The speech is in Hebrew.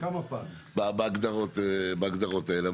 בהגדרות האלה.